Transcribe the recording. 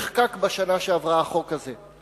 נחקק בשנה שעברה החוק הזה.